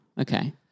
Okay